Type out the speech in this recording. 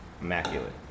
immaculate